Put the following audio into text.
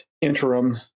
interim